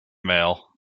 mail